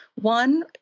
One